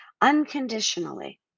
unconditionally